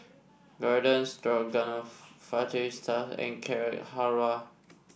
Garden Stroganoff Fajitas and Carrot Halwa